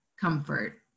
comfort